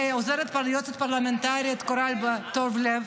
ליועצת הפרלמנטרית קורל טוב לב,